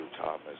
Thomas